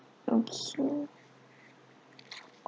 okay